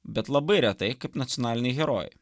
bet labai retai kaip nacionaliniai herojai